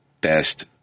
Best